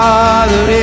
Father